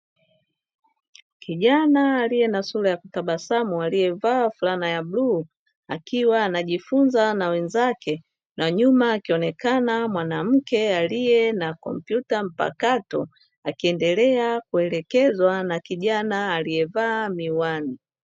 Kijana aliye na sura ya kutabasamu aliyevaa fulana ya bluu akiwa anajifunza na wenzake, na nyuma anaonekana mwanamke aliye na kompyuta mpakato akiendelea kuelekezwa na kijana aliyevaa miwani.